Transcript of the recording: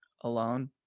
alone